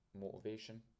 motivation